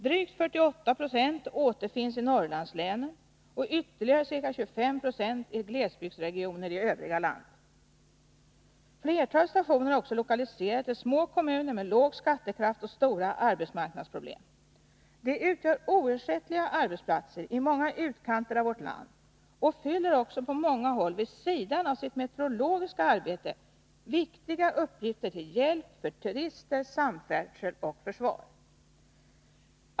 Drygt 48 96 återfinns i Norrlandslänen och ytterligare ca 25 96 i glesbygdsregioner i övriga landet. Flertalet stationer är också lokaliserade till små kommuner med dåligt skatteunderlag och stora arbetsmarknadsproblem. De utgör oersättliga arbetsplatser i många utkanter av vårt land och fullgör också på många håll, vid sidan av det meteorologiska arbetet, viktiga uppgifter till hjälp för turister, samfärdsel och försvar.